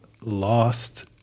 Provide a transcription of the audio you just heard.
lost